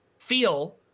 feel